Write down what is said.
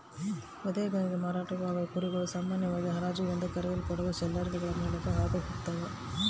ವಧೆಗಾಗಿ ಮಾರಾಟವಾಗುವ ಕುರಿಗಳು ಸಾಮಾನ್ಯವಾಗಿ ಹರಾಜು ಎಂದು ಕರೆಯಲ್ಪಡುವ ಸೇಲ್ಯಾರ್ಡ್ಗಳ ಮೂಲಕ ಹಾದು ಹೋಗ್ತವ